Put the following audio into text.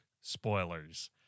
spoilers